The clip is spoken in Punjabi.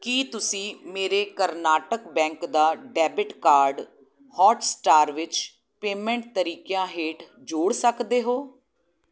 ਕੀ ਤੁਸੀਂਂ ਮੇਰੇ ਕਰਨਾਟਕ ਬੈਂਕ ਦਾ ਡੈਬਿਟ ਕਾਰਡ ਹੌਟਸਟਾਰ ਵਿੱਚ ਪੇਮੈਂਟ ਤਰੀਕਿਆਂ ਹੇਠ ਜੋੜ ਸਕਦੇ ਹੋ